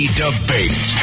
debate